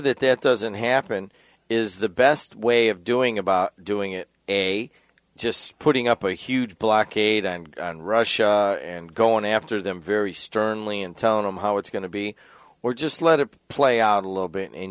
that that doesn't happen is the best way of doing about doing it a just putting up a huge blockade on russia and going after them very sternly and telling them how it's going to be or just let it play out a little bit and